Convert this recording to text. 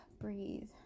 Breathe